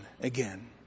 again